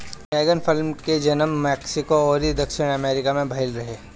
dragon फल के जनम मेक्सिको अउरी दक्षिणी अमेरिका में भईल रहे